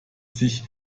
sich